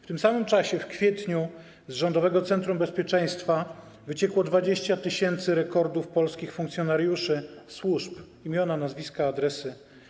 W tym samym czasie w kwietniu z Rządowego Centrum Bezpieczeństwa wyciekło 20 tys. rekordów polskich funkcjonariuszy służb: imiona, nazwiska, adresy.